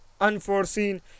unforeseen